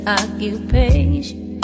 occupation